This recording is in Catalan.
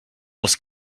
els